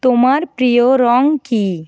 তোমার প্রিয় রঙ কী